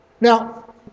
Now